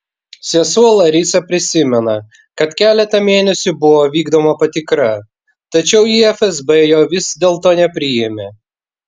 sesuo larisa prisimena kad keletą mėnesių buvo vykdoma patikra tačiau į fsb jo vis dėlto nepriėmė